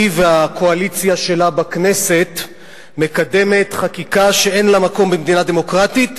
היא והקואליציה שלה בכנסת מקדמות חקיקה שאין לה מקום במדינה דמוקרטית,